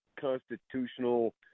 constitutional